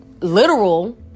literal